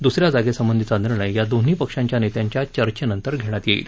दुस या जागेसंबंधीचा निर्णय दोन्ही पक्षांच्या नेत्याच्या चर्चेनंतर घेण्यात येईल